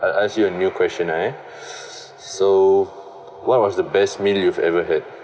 I'll ask you a new question uh so what was the best meal you've ever had